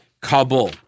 Kabul